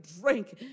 drink